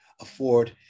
afford